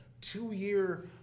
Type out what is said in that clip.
two-year